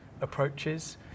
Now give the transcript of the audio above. approaches